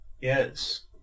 Yes